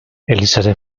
elizaren